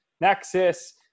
Nexus